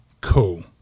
cool